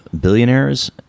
billionaires